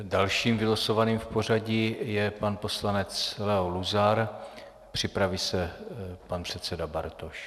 Dalším vylosovaným v pořadí je pan poslanec Leo Luzar, připraví se pan předseda Bartoš.